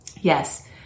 Yes